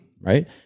Right